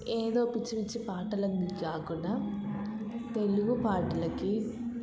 ఏదో పిచ్చి పిచ్చి పాటలకి కాకుండా తెలుగు పాటలకి